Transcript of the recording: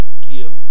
give